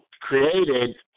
created